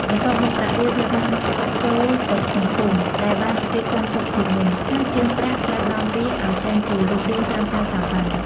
បន្ទាប់មក ប្រាក់រាវត្រូវបានចាក់ចូលទៅក្នុងពុម្ព ដែលបានរៀបចំទុកជាមុន ហើយជាងប្រាក់ត្រូវដំវាឱ្យចេញជារូបរាងតាមការចង់បាន។